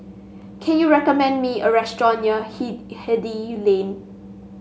can you recommend me a restaurant near Hindhede Lane